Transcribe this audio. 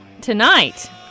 Tonight